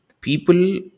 people